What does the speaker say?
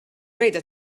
mejda